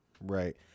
right